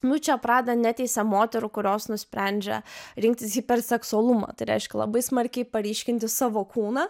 miučia prada neteisia moterų kurios nusprendžia rinktis hiperseksualumą tai reiškia labai smarkiai paryškinti savo kūną